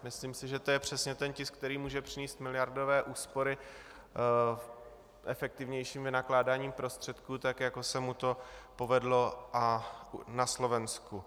Myslím si, že to je přesně ten tisk, který může přinést miliardové úspory efektivnějším vynakládáním prostředků tak, jako se mu to povedlo na Slovensku.